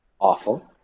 awful